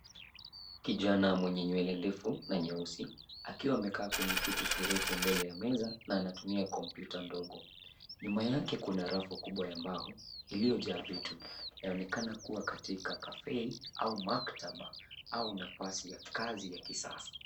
Kijana mwenye nywele ndefu na nyeusi akiwa amekaa kwenye kiti kirefu mbele ya meza na anatumia kompyuta ndogo. Nyuma yake kuna rafu kubwa ya mbao iliyojaa vitu. Inaonekana kuwa katika caffee au maktaba au nafasi ya kazi ya kisasa.